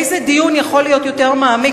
איזה דיון יכול להיות יותר מעמיק?